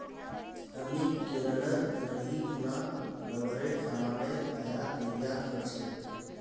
अमित केरलत रही खूना रबरेर सामानेर आयात निर्यात कर छेक